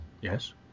Yes